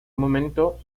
momento